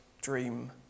dream